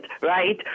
right